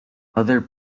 other